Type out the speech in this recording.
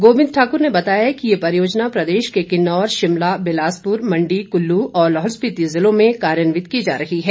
गोविंद ठाक्र ने बताया कि ये परियोजना प्रदेश के किन्नौर शिमला बिलासपुर मंडी कुल्लू और लाहौल स्पिति ज़िलों में कार्यान्वित की जा रही है